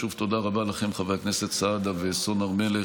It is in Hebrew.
שוב, תודה רבה לכם, חברי הכנסת סעדה וסון הר מלך,